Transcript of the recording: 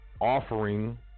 offering